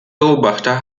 beobachter